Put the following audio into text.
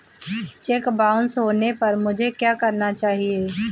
Check bounce होने पर मुझे क्या करना चाहिए?